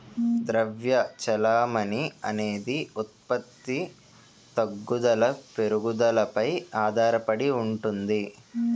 ద్రవ్య చెలామణి అనేది ఉత్పత్తి తగ్గుదల పెరుగుదలపై ఆధారడి ఉంటుంది